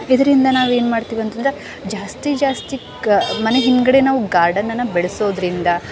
ಇದರಿಂದ ನಾವೇನು ಮಾಡ್ತೀವಿ ಅಂತಂದ್ರೆ ಜಾಸ್ತಿ ಜಾಸ್ತಿ ಕ ಮನೆ ಹಿಂದುಗಡೆ ನಾವು ಗಾರ್ಡನನ್ನು ಬೆಳೆಸೋದರಿಂದ